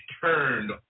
turned